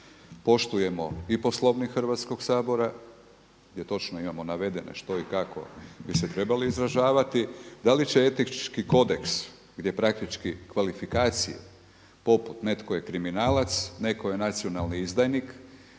poštujemo i Poslovnik Hrvatskoga sabora jer točno imamo navedeno što i kako bi se trebali izražavati, da li će etički kodeks gdje praktički kvalifikacije poput netko je kriminalac, netko je nacionalni izdajnik